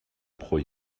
pro